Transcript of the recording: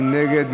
מי נגד?